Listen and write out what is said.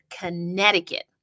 Connecticut